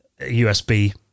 USB